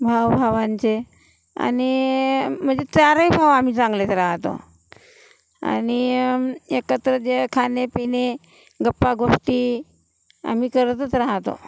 भाउभावांचे आणि मजे चारही भाऊ आम्ही चांगलेच राहतो आणि एकत्र जे खाणे पिणे गप्पा गोष्टी आम्ही करतच रहातो